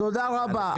תודה רבה.